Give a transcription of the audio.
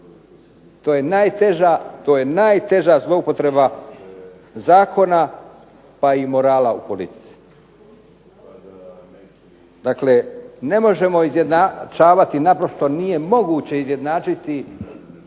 To je najteža zloupotreba zakona pa i morala u politici. Dakle, ne možemo izjednačavati, naprosto nije moguće izjednačiti